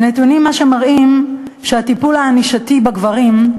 הנתונים מראים שהטיפול הענישתי בגברים,